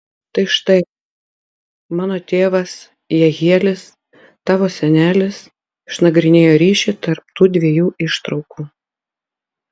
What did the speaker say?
tai štai mano tėvas jehielis tavo senelis išnagrinėjo ryšį tarp tų dviejų ištraukų